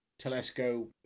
Telesco